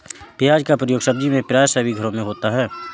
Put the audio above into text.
प्याज का प्रयोग सब्जी में प्राय सभी घरों में होता है